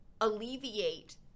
alleviate